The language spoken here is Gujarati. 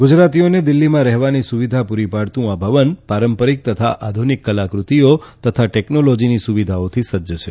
ગુજરાતીઓને દિલ્ફીમાં રહેવાની સુવિધા પૂરી પાડતું આ ભવન પારંપારીક તથા આધુનિક કલાકૃતિઓ તથા ટેકનોલોજીની સુવિધાથી સજ્જ છે